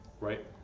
Right